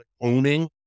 owning